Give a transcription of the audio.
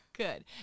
Good